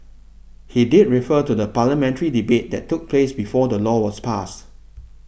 he did refer to the parliamentary debate that took place before the law was passed